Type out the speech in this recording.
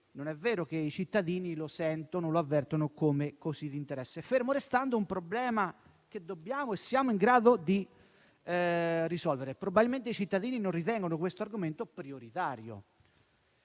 non è vero che i cittadini lo avvertono così di interesse, fermo restando che si tratta di un problema che dobbiamo e siamo in grado di risolvere. Probabilmente i cittadini non ritengono questo argomento prioritario.